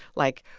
like,